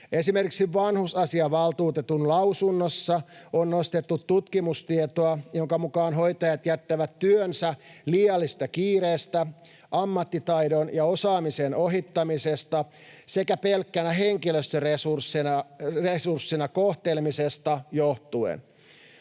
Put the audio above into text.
Esimerkiksi vanhusasiavaltuutetun lausunnossa on nostettu tutkimustietoa, jonka mukaan hoitajat jättävät työnsä liiallisesta kiireestä, ammattitaidon ja osaamisen ohittamisesta sekä pelkkänä henkilöstöresurssina kohtelemisesta johtuen.